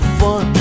fun